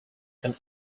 can